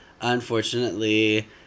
unfortunately